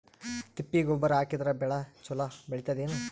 ತಿಪ್ಪಿ ಗೊಬ್ಬರ ಹಾಕಿದರ ಬೆಳ ಚಲೋ ಬೆಳಿತದೇನು?